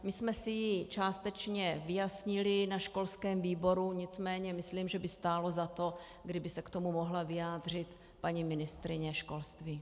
My jsme si ji částečně vyjasnili na školském výboru, nicméně myslím, že by stálo za to, kdyby se k tomu mohla vyjádřit paní ministryně školství.